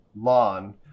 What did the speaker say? lawn